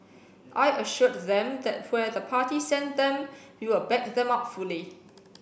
I assured them that where the party send them we will back them up fully